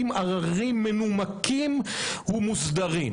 ערערים מנומקים ומוסדרים,